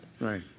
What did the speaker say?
Right